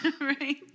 right